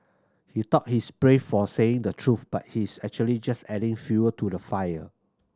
he thought he's brave for saying the truth but he's actually just adding fuel to the fire